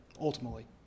ultimately